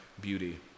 beauty